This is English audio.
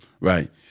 Right